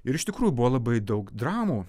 ir iš tikrųjų buvo labai daug dramų